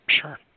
Sure